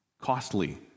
costly